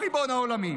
במלחמה, ריבון העולמים.